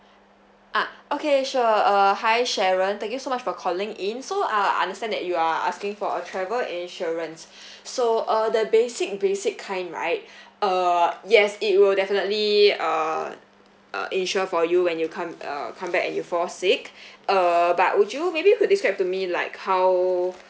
ah okay sure err hi sharon thank you so much for calling in so uh understand that you are asking for a travel insurance so uh the basic basic kind right err yes it will definitely err uh insure for you when you come uh come back and you fall sick err but would you maybe could describe to me like how